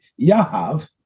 Yahav